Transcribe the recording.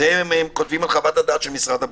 את זה הם כותבים על חוות הדעת של משרד הבריאות.